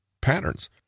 patterns